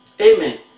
Amen